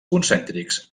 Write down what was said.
concèntrics